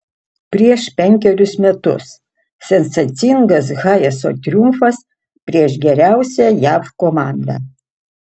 prieš penkerius metus sensacingas hayeso triumfas prieš geriausią jav komandą